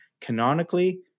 Canonically